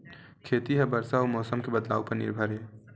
खेती हा बरसा अउ मौसम के बदलाव उपर निर्भर हे